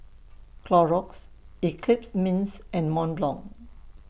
Clorox Eclipse Mints and Mont Blanc